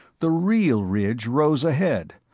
the real ridge rose ahead,